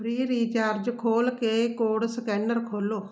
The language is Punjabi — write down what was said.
ਫ੍ਰੀ ਰੀਚਾਰਜ ਖੋਲ੍ਹ ਕੇ ਕੋਡ ਸਕੈਨਰ ਖੋਲ੍ਹੋ